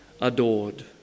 adored